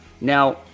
Now